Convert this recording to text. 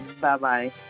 Bye-bye